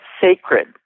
sacred